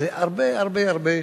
זה הרבה הרבה הרבה